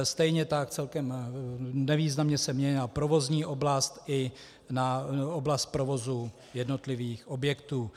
Stejně tak celkem nevýznamně se měnila provozní oblast i na oblast provozu jednotlivých objektů.